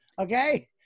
okay